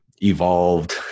evolved